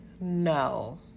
no